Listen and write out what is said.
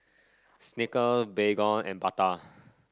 Snicker Baygon and Bata